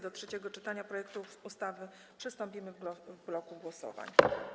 Do trzeciego czytania projektu ustawy przystąpimy w bloku głosowań.